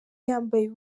yambaye